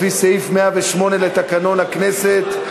לפי סעיף 108 לתקנון הכנסת.